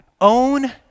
own